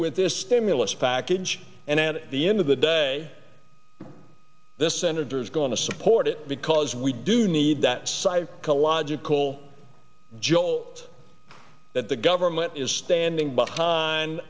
with this stimulus package and at the end of the day the senators go want to support it because we do need that psychological jolt that the government is standing behind